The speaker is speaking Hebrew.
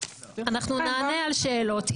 נענה על שאלות.